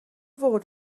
fod